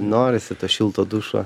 norisi šilto dušo